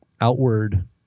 outward